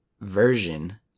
version